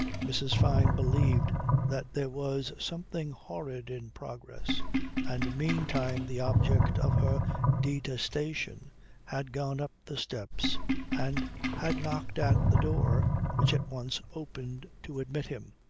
mrs. fyne believed that there was something horrid in progress and meantime the object of her detestation had gone up the steps and had knocked at the door which at once opened to admit him.